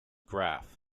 graph